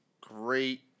great